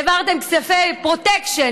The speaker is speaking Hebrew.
העברתם כספי פרוטקשן